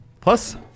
plus